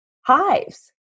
hives